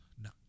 No